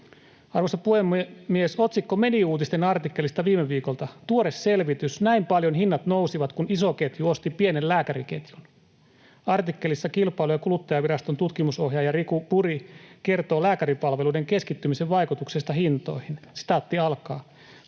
Arvoisa puhemies! Otsikko Mediuutisten artikkelista viime viikolta: ”Tuore selvitys: Näin paljon hinnat nousivat, kun iso ketju osti pienen lääkäriketjun”. Artikkelissa Kilpailu- ja kuluttajaviraston tutkimusohjaaja Riku Buri kertoo lääkäripalveluiden keskittymisen vaikutuksesta hintoihin: ”Kun iso